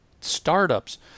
startups